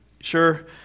sure